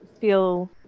feel